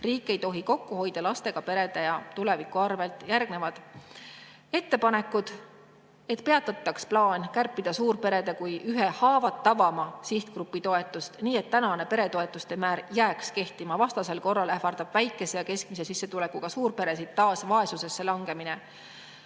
Riik ei tohi kokku hoida lastega perede ja Eesti tuleviku arvelt!"Järgnevad ettepanekud, et peatataks plaan kärpida suurperede kui ühe haavatavama sihtgrupi toetust, nii et tänane peretoetuste määr jääks kehtima. Vastasel korral ähvardab väikese ja keskmise sissetulekuga suurperesid taas vaesusesse langemine.